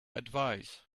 advise